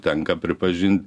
tenka pripažint